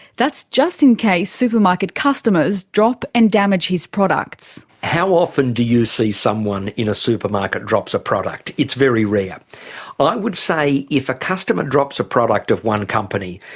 that's just in case supermarket customers drop and damage his products. how often do you see someone in a supermarket drop a product? it's very rare. i would say if a customer drops a product of one company,